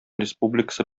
республикасы